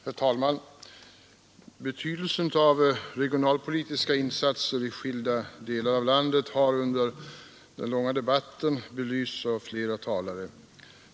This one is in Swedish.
Herr talman! Betydelsen av regionalpolitiska insatser i skilda delar av landet har under den långa debatten belysts av flera talare.